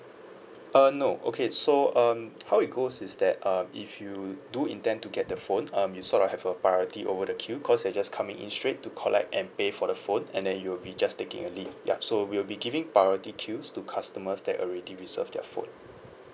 uh no okay so um how it goes is that um if you do intend to get the phone um you sort of have a priority over the queue cause you're just coming in straight to collect and pay for the phone and then you'll be just taking your leave yup so we'll be giving priority queues to customers that already reserve their phone